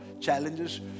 challenges